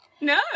No